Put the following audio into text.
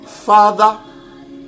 father